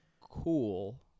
cool